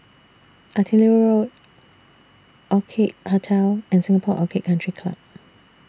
Artillery Road Orchid Hotel and Singapore Orchid Country Club